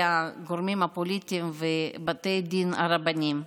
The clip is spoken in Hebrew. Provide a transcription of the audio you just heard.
הגורמים הפוליטיים ובתי הדין הרבניים.